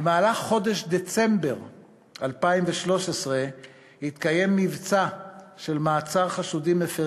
במהלך חודש דצמבר 2013 התקיים מבצע של מעצר חשודים מפרי